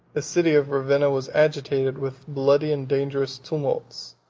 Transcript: the city of ravenna was agitated with bloody and dangerous tumults,